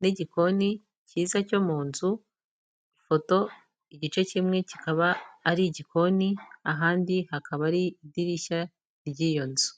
n'igikoni cyiza cyo mu nzu, ifoto igice kimwe kikaba ari igikoni, ahandi hakaba ari idirishya ry'iyo nzu.